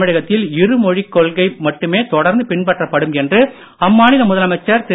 தமிழகத்தில் இருமொழிக் கொள்கை மட்டுமே தொடர்ந்து பின்பற்றப்படும் என்று அம்மாநில முதலமைச்சர் திரு